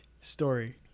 story